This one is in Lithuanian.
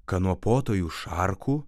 kanopotojų šarkų